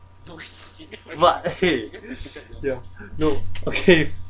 but !hey! yeah you okay